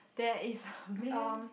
there is when